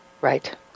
Right